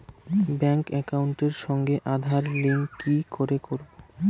Bank একাউন্টের সঙ্গে Aadhaar link কি করে করবো?